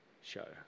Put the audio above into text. show